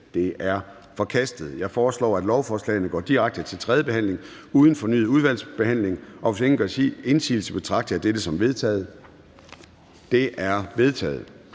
Det er forkastet. Jeg foreslår, at lovforslagene går direkte til tredje behandling uden fornyet udvalgsbehandling, og hvis ingen gør indsigelse, betragter jeg dette som vedtaget. Det er vedtaget.